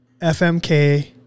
FMK